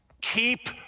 Keep